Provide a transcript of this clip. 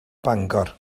bangor